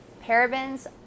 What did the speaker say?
parabens